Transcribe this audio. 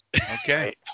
Okay